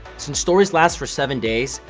since stories last for seven days,